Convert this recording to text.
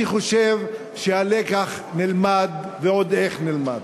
אני חושב שהלקח נלמד, ועוד איך נלמד.